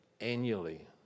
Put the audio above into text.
annually